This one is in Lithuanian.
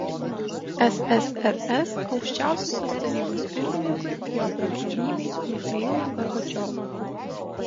ssrs aukščiausiosios tarybos pirmininkui jo prakilnybei michailui gorbačiovui